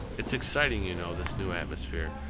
it's exciting, you know, this new atmosphere,